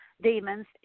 demons